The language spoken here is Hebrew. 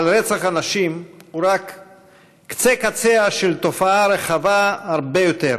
אבל רצח הנשים הוא רק קצה-קציה של תופעה רחבה הרבה יותר.